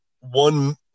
One